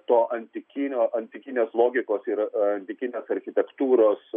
to antikinio antikinės logikos ir antikinės architektūros